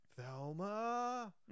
Thelma